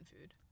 food